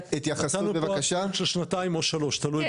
של שנתיים או שלוש, תלוי.